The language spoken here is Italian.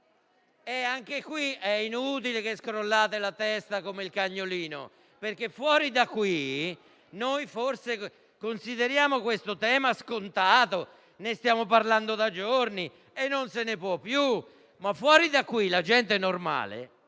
Anche qui è inutile che scrollate la testa come il cagnolino, perché noi forse consideriamo questo tema scontato, ne stiamo parlando da giorni e non se ne può più, ma fuori da qui la gente normale